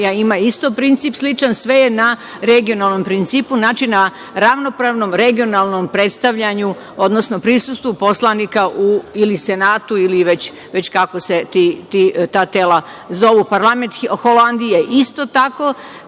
ima isto princip sličan, sve je na regionalnom principu. Znači na ravnopravnom, regionalnom predstavljanju, odnosno prisustvu poslanika u senatu ili već kako se ta telo zove. Parlament Holandije isto tako